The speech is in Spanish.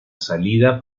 salida